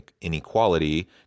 inequality